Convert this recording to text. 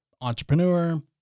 entrepreneur